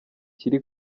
kiri